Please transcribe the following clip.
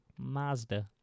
Mazda